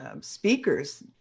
speakers